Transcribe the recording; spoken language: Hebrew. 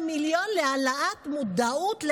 המילואימניקים,